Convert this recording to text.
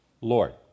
Lord